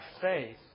faith